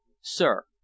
Sir